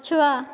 ପଛୁଆ